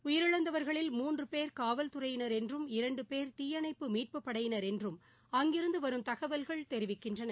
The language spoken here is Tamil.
உயிரிழந்தவர்களில் மூன்று பேர் காவல்துறையினர் என்றும் இரண்டு பேர் தீயணைப்பு மீட்புப் படையினர் என்றும் அங்கிருந்து வரும் தகவல்கள் தெரிவிக்கின்றன